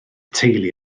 teulu